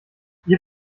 ihr